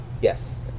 yes